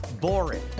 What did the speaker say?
boring